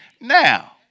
now